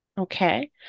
Okay